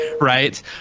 right